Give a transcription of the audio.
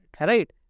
Right